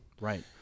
Right